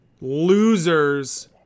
Losers